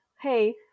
hey